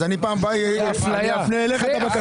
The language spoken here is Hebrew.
אז אני פעם הבאה אפנה אליך את הבעיה.